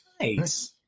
Nice